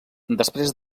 després